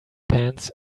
pants